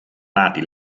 nati